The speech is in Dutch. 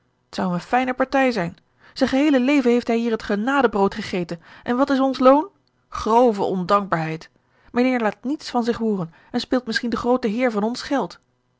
een ongeluksvogel fijne partij zijn zijn geheele leven heeft hij hier het genadebrood gegeten en wat is ons loon grove ondankbaarheid mijnheer laat niets van zich hooren en speelt misschien den grooten heer van ons geld